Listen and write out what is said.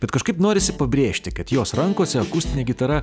bet kažkaip norisi pabrėžti kad jos rankose akustinė gitara